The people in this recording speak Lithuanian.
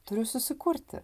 turiu susikurti